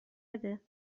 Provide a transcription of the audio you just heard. بده